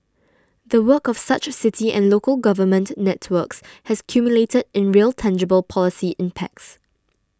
the work of such city and local government networks has culminated in real tangible policy impacts